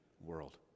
world